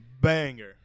banger